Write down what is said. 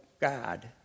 God